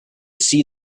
see